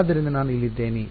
ಆದ್ದರಿಂದ ನಾನು ಇಲ್ಲಿದ್ದೇನೆ